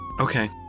Okay